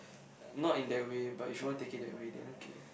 not in that way but if you want to take it that way then okay